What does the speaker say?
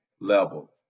level